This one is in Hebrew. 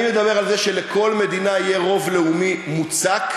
אני מדבר על זה שלכל מדינה יהיה רוב לאומי מוצק,